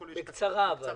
בקצרה, בבקשה.